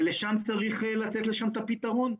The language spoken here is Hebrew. ושם צריך לתת את הפתרון,